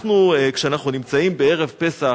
כשאנחנו נמצאים בערב פסח,